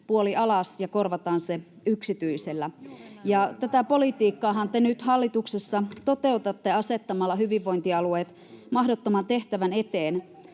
puoli alas ja korvataan se yksityisellä, ja tätä politiikkaahan te nyt hallituksessa toteutatte asettamalla hyvinvointialueet mahdottoman tehtävän eteen.